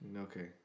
Okay